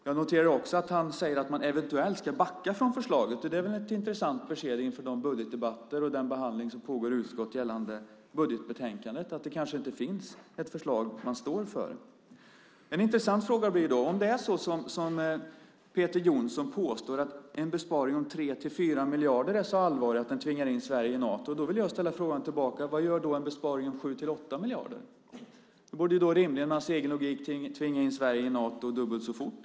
Jag noterar också att han säger att man eventuellt ska backa från förslaget. Det är ett intressant besked inför budgetdebatterna och den behandling som pågår i utskottet gällande budgetbetänkandet att det kanske inte finns ett förslag som man står för. Om det är som Peter Jonsson påstår att en besparing på 3-4 miljarder är så allvarlig att den tvingar in Sverige i Nato, vill jag fråga: Vad gör då en besparing på 7-8 miljarder? Det borde rimligen med Peter Jonssons egen logik tvinga in Sverige i Nato dubbelt så fort.